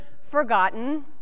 forgotten